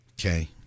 Okay